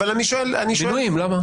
למה מינויים הם לא מינויים?